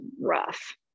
rough